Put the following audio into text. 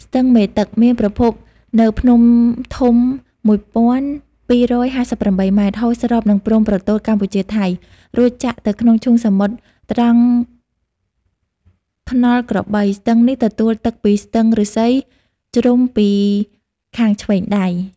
ស្ទឹងមេទឹក មានប្រភពនៅភ្នំធំ ១២៥៨ ម៉ែត្រ ហូរស្របនឹងព្រំប្រទល់កម្ពុជា-ថៃ រួចចាក់ទៅក្នុងឈូងសមុទ្រត្រង់ថ្នល់ក្របី ស្ទឹងនេះទទួលទឹកពីស្ទឹងឫស្សីជ្រុំពីខាងឆ្វេងដៃ។